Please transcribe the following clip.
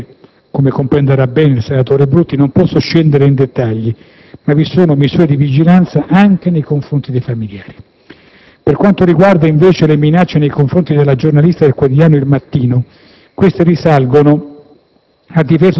Ovviamente, come comprenderà bene il senatore Brutti, non posso scendere in dettagli ma vi sono misure di vigilanza anche nei confronti dei familiari. Per quanto riguarda invece le minacce nei confronti della giornalista del quotidiano «Il Mattino», queste risalgono